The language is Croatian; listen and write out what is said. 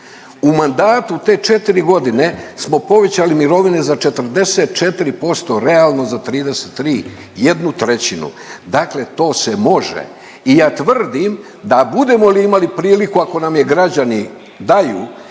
U mandatu te 4 godine smo povećali mirovine za 44%, realno za 33, jednu trećinu. Dakle, to se može. I ja tvrdim da budemo li imali priliku ako nam je građani daju